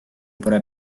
pole